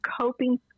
coping